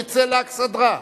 יצא לאכסדרה.